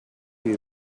you